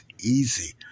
easy